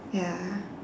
ya